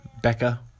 Becca